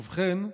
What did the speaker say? ובכן,